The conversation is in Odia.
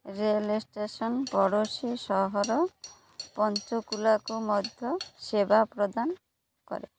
ରେଳ ଷ୍ଟେସନ ପଡ଼ୋଶୀ ସହର ପଞ୍ଚକୁଲାକୁ ମଧ୍ୟ ସେବା ପ୍ରଦାନ କରେ